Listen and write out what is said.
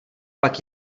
pak